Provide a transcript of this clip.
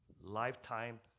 lifetime